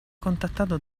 contattato